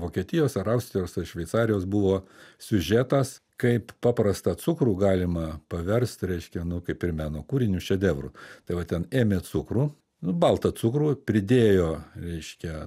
vokietijos ar austrijos ar šveicarijos buvo siužetas kaip paprastą cukrų galima paverst reiškia nu kaip ir meno kūriniu šedevru tai va ten ėmė cukrų baltą cukrų pridėjo reiškia